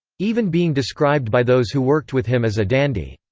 even being described by those who worked with him as a dandy.